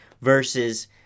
versus